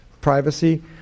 privacy